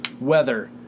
Weather